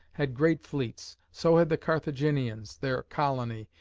had great fleets. so had the carthaginians their colony,